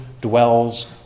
dwells